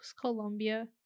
Colombia